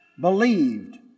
believed